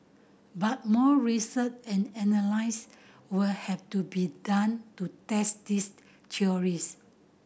but more research and analyse would have to be done to test these theories